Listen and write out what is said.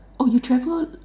oh you travel